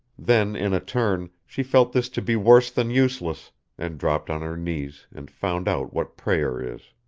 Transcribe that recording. then in a turn she felt this to be worse than useless and dropped on her knees and found out what prayer is.